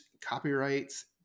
copyrights